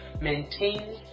maintain